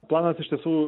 planas iš tiesų